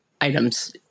items